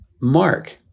Mark